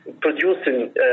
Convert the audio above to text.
producing